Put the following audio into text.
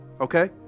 okay